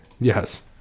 Yes